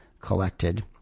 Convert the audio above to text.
collected